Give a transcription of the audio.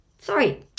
sorry